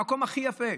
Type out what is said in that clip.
המקום הכי יפה,